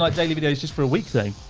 like daily videos just for a week thing?